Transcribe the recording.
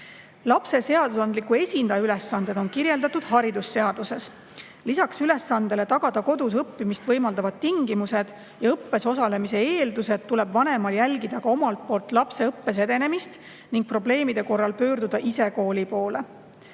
Lapse seadusandliku esindaja ülesanded on kirjeldatud haridusseaduses. Lisaks ülesandele tagada kodus õppimist võimaldavad tingimused ja õppes osalemise eeldused tuleb vanemal jälgida ka omalt poolt lapse õppes edenemist ning probleemide korral pöörduda ise kooli poole.